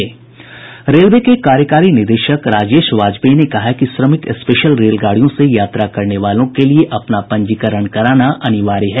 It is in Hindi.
रेलवे के कार्यकारी निदेशक राजेश वाजपाई ने कहा कि श्रमिक स्पेशल रेलगाड़ियों से यात्रा करने वालों के लिए अपना पंजीकरण करना अनिवार्य है